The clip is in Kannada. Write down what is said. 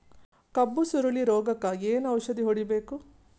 ಕಬ್ಬು ಸುರಳೀರೋಗಕ ಏನು ಔಷಧಿ ಹೋಡಿಬೇಕು?